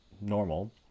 normal